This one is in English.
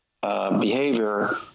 behavior